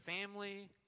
family